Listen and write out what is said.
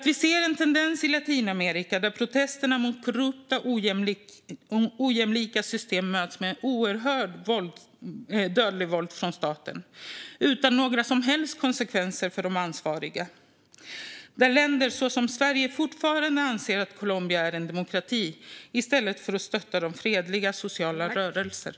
Vi ser en tendens i Latinamerika där protesterna mot korrupta och ojämlika system möts med dödligt våld från staten utan några som helst konsekvenser för de ansvariga och där länder som Sverige fortfarande anser att Colombia är en demokrati i stället för att stötta de fredliga, sociala rörelserna.